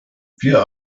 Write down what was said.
wir